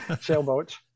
sailboats